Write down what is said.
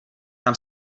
tam